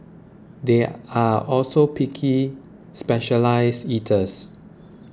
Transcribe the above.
they are also picky specialised eaters